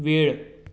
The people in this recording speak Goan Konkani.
वेळ